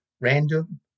random